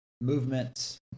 movements